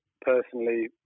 personally